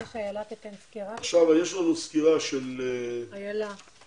יש לנו סקירה של הממ"מ.